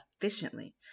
efficiently